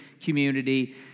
community